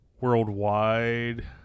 worldwide